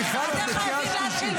הכנסת מאיר כהן, אתה בקריאה ראשונה.